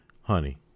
honey